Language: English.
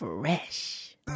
Fresh